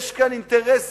יש כאן אינטרסים